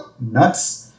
nuts